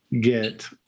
get